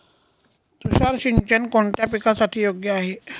तुषार सिंचन कोणत्या पिकासाठी योग्य आहे?